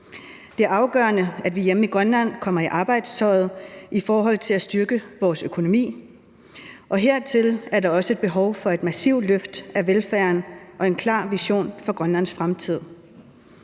Det er afgørende, at vi hjemme i Grønland kommer i arbejdstøjet i forhold til at styrke vores økonomi, og hertil er der også et behov for et massivt løft af velfærden og en klar vision for Grønlands fremtid.